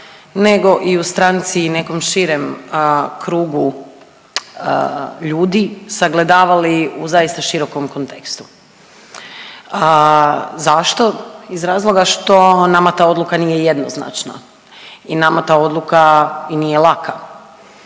nego i u stranci i nekom širem krugu ljudi sagledavali u zaista širokom kontekstu. Zašto? Iz razloga što nama ta odluka nije jednoznačna i nama ta odluka i nije laka.